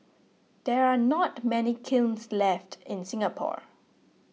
there are not many kilns left in Singapore